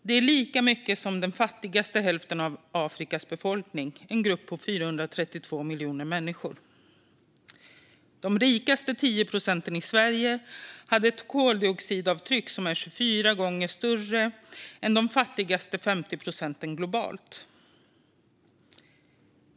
Det är lika mycket som den fattigaste hälften av Afrikas befolkning, en grupp på 432 miljoner människor. De rikaste 10 procenten i Sverige hade ett koldioxidavtryck som var 24 gånger större än de fattigaste 50 procenten globalt.